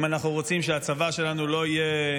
אם אנחנו רוצים שהצבא שלנו לא יהיה,